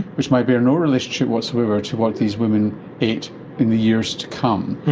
which might bear no relationship whatsoever to what these women ate in the years to come.